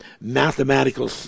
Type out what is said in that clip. mathematical